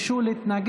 הצעת החוק הזו,